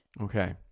Okay